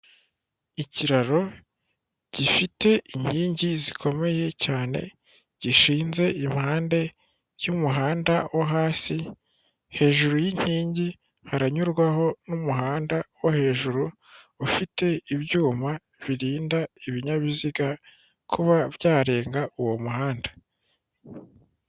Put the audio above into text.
Ikiraro gifite inkingi zikomeye cyane, gishinze impande cy'umuhanda wo hasi, hejuru y'inkingi haranyurwaho n'umuhanda wo hejuru, ufite ibyuma birinda ibinyabiziga kuba byarenga uwo muhanda.